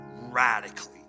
radically